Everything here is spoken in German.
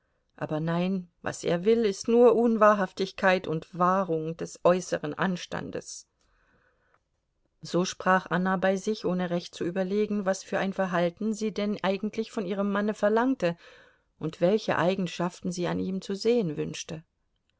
aber nein was er will ist nur unwahrhaftigkeit und wahrung des äußeren anstandes so sprach anna bei sich ohne recht zu überlegen was für ein verhalten sie denn eigentlich von ihrem manne verlangte und welche eigenschaften sie an ihm zu sehen wünschte